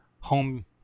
home